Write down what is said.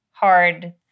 hard